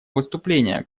выступления